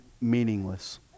meaningless